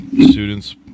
students